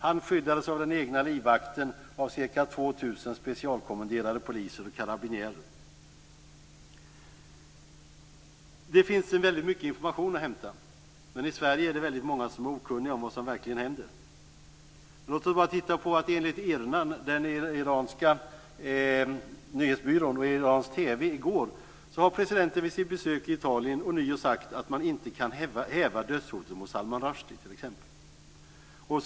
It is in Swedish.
Han skyddades av den egna livvakten och av ca Det finns väldigt mycket information att hämta. Ändå är det i Sverige väldigt många som är okunniga om vad som verkligen händer. Enligt Irna, den iranska nyhetsbyrån, och iransk TV i går har presidenten vid sitt besök i Italien ånyo sagt att man inte kan häva dödshotet mot Salman Rushdie.